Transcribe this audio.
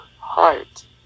heart